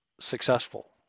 successful